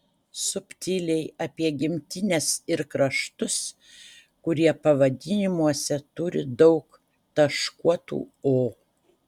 subtiliai apie gimtines ir kraštus kurie pavadinimuose turi daug taškuotų o